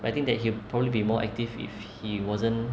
but I think that he would probably be more active if he wasn't